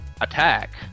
attack